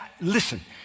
listen